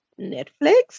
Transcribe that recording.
Netflix